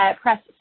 press